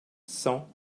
cent